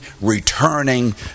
returning